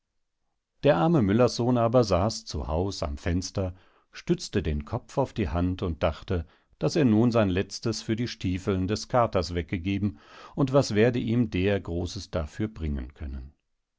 der arme müllerssohn aber saß zu haus am fenster stützte den kopf auf die hand und dachte daß er nun sein letztes für die stiefeln des katers weggegeben und was werde ihm der großes dafür bringen können